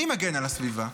מי מגן על הסביבה?